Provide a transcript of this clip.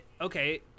Okay